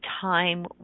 time